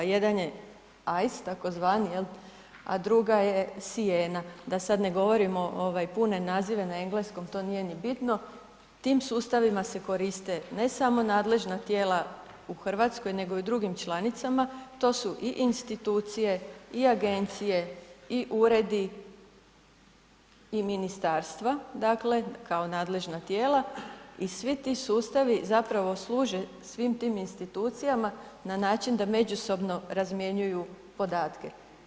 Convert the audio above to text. Jedan je AIS tzv. jel, a druga SIENA, da sad ne govorimo ovaj pune nazive na engleskom, to nije ni bitno, tim sustavima se koriste ne samo nadležna tijela u Hrvatskoj nego i u drugim članicama, to su i institucije i agencije i uredi i ministarstva dakle kao nadležna tijela i svi ti sustavi zapravo služe svim tim institucijama na način da međusobno razmjenjuju podatke.